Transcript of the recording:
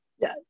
Yes